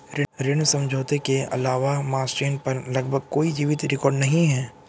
ऋण समझौते के अलावा मास्टेन पर लगभग कोई जीवित रिकॉर्ड नहीं है